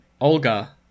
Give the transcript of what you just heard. Olga